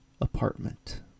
apartment